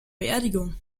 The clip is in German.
beerdigung